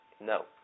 no